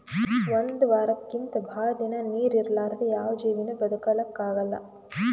ಒಂದ್ ವಾರಕ್ಕಿಂತ್ ಭಾಳ್ ದಿನಾ ನೀರ್ ಇರಲಾರ್ದೆ ಯಾವ್ ಜೀವಿನೂ ಬದಕಲಕ್ಕ್ ಆಗಲ್ಲಾ